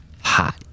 hot